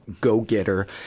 go-getter